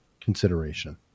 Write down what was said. consideration